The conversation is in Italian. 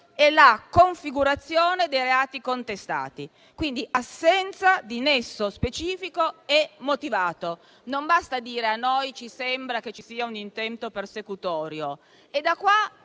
e la configurazione dei reati contestati, quindi occorre assenza di nesso specifico e motivato. Non basta dire che sembra che ci sia un intento persecutorio: